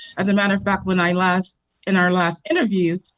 as a matter of fact, when i last in our last interview,